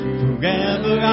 forever